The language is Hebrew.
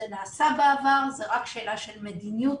זה נעשה בעבר, זו רק שאלה של מדיניות